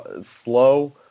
slow